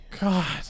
God